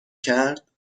کرد